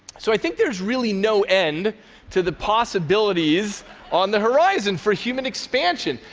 so i think there's really no end to the possibilities on the horizon for human expansion.